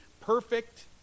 perfect